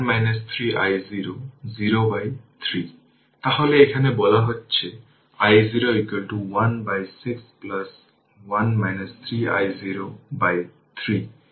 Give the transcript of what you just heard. সুতরাং এই খুব সহজ এখন ইন্ডাকটর 1 এবং ইন্ডাক্টর 2 এর জন্য 8 অ্যাম্পিয়ার এবং 4 অ্যাম্পিয়ারের ইনিশিয়াল কারেন্ট দেওয়া হয়েছে যা iL1 0 এবং iL2 0